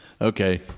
Okay